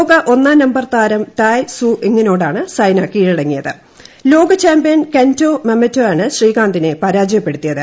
ലോക ഒന്നാട്ട നമ്പർ താരം തായ് സു ഇംങിനോടാണ് സൈന കീഴടങ്ങിയത്ത് പ്രില്ലോക ചാമ്പ്യൻ കെന്റോ മൊമോറ്റയാണ് ശ്രീകാന്തിനെ പ്രാജ്യ്പ്പെടുത്തിയത്